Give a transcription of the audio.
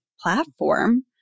platform